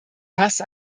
fast